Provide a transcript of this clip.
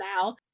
now